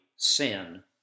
sin